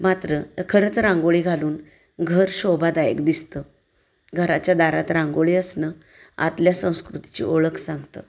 मात्र तर खरंच रांगोळी घालून घर शोभादायक दिसतं घराच्या दारात रांगोळी असणं आतल्या संस्कृतीची ओळख सांग